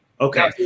Okay